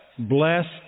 blessed